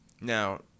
Now